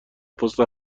پست